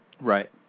Right